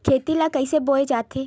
खेती ला कइसे बोय जाथे?